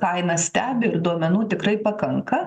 kainas stebi ir duomenų tikrai pakanka